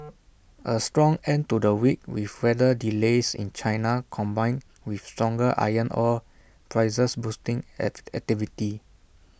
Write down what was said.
A strong end to the week with weather delays in China combined with stronger iron ore prices boosting act activity